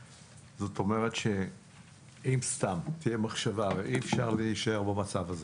הרי אי-אפשר להישאר במצב הזה.